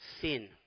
sin